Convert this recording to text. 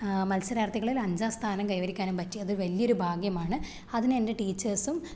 മത്സരാര്ത്ഥികളില് അഞ്ചാം സ്ഥാനം കൈവരിക്കാനും പറ്റി അത് വലിയൊരു ഭാഗ്യമാണ് അതിനെന്റെ ടീച്ചേസും